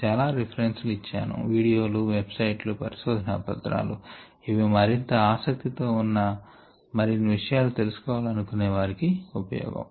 చాలా రిఫరెన్స్ లు ఇచ్చాను వీడియోలు వెబ్సైట్ పరిశోధన పత్రాలు ఇవి మరింత ఆసక్తి తో మరిన్ని విషయాలు తెలుసుకోవాలి అనుకొనే వారికి ఉపయోగం